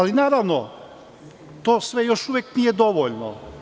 Naravno, to sve još uvek nije dovoljno.